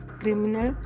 criminal